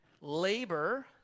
labor